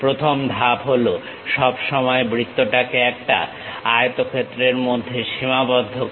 প্রথম ধাপ হলো সবসময় বৃত্তটাকে একটা আয়তক্ষেত্রের মধ্যে সীমাবদ্ধ করা